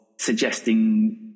suggesting